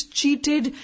cheated